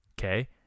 Okay